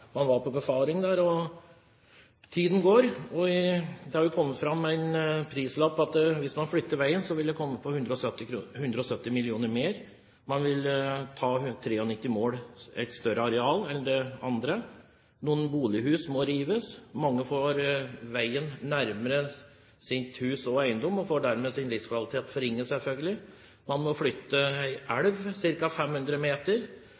man var på befaring i området. Og tiden går. Man har kommet fram til følgende prislapp: Hvis man flytter veien, vil det komme på 170 mill. kr. mer. Man vil ta 93 mål, et større areal enn det andre. Noen bolighus må rives. Mange får veien nærmere sitt hus og sin eiendom og får dermed sin livskvalitet forringet, selvfølgelig. Man må flytte en elv ca. 500 meter.